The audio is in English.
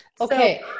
Okay